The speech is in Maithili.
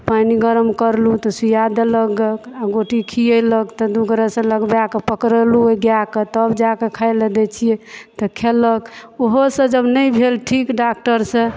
पनि गरम करलहुॅं तऽ सूइयाँ देलक ग ओकरा गोटी खीएलक तऽ दू गोटे सॅं लगबैक पकरलहुॅं ओ गाय के तब जाके खाय लए दै छियै तऽ खेलक ओहो सॅं जब नहि भेल ठीक डॉक्टर सॅं